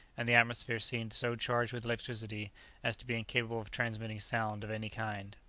and the atmosphere seemed so charged with electricity as to be incapable of transmitting sound of any kind.